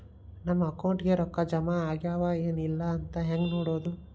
ನಮ್ಮ ಅಕೌಂಟಿಗೆ ರೊಕ್ಕ ಜಮಾ ಆಗ್ಯಾವ ಏನ್ ಇಲ್ಲ ಅಂತ ಹೆಂಗ್ ನೋಡೋದು?